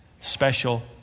special